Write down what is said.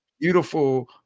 beautiful